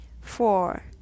four